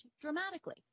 dramatically